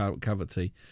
cavity